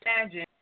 imagine